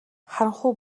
харанхуй